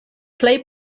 plej